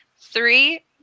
three